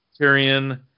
Tyrion